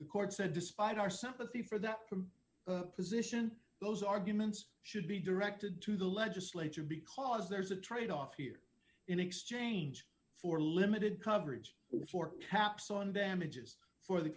the court said despite our sympathy for that position those arguments should be directed to the legislature because there's a tradeoff here in exchange for limited coverage which for caps on damages for the